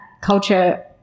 culture